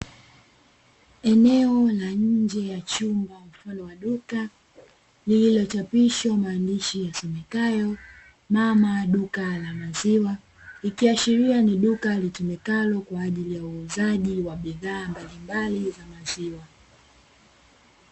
Eneo la nje ya chumba mfano wa duka lililochapishwa maandishi yasomekayo "Mama Duka la Maziwa" ikiashiria ni duka litumikalo kwa ajili ya wauzaji wa bidhaa mbalimbali za maziwa.